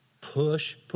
Push